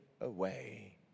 away